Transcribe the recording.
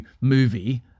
movie